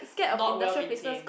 not well maintained